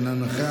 אינו נוכח,